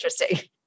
interesting